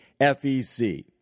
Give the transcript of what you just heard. FEC